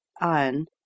iron